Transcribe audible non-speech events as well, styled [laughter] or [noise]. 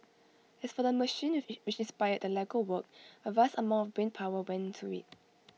as for the machine [unintelligible] which inspired the Lego work A vast amount of brain power went into IT